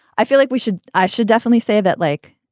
i feel like we should. i should definitely say that, like,